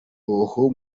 imihoho